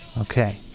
Okay